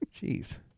Jeez